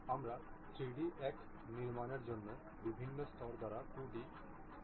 আমরা 3D এক নির্মাণের জন্য বিভিন্ন স্তর দ্বারা 2D পুনরাবৃত্তি করতে চাই